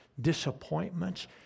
disappointments